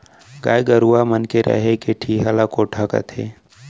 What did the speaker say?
गाय गरूवा मन के रहें के ठिहा ल कोठा कथें